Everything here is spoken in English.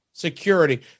Security